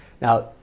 Now